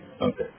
Okay